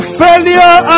failure